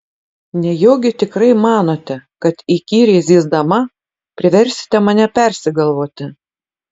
nejaugi tikrai manote kad įkyriai zyzdama priversite mane persigalvoti